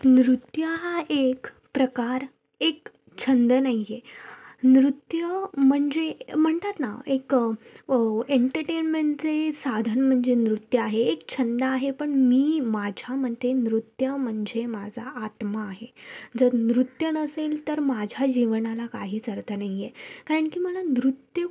नृत्य हा एक प्रकार एक छंद नाही आहे नृत्य म्हणजे म्हणतात ना एक एन्टरटेन्मेन्टचे साधन म्हणजे नृत्य आहे एक छंद आहे पण मी माझ्या मते नृत्य म्हणजे माझा आत्मा आहे जर नृत्य नसेल तर माझ्या जीवनाला काहीच अर्थ नाही आहे कारण की मला नृत्य